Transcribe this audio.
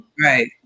right